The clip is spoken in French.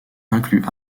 incluent